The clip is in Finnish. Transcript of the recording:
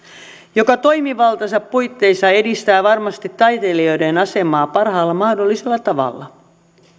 joka toimivaltansa puitteissa edistää varmasti taiteilijoiden asemaa parhaalla mahdollisella tavalla